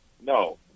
No